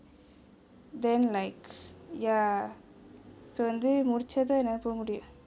then like ya இப்பே வந்து முடிச்சாதா என்னாலே போ முடியும்:ippae vanthu mudichaathaa ennale po mudiyum